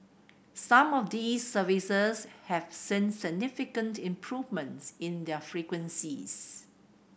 some of these services have seen significant improvements in their frequencies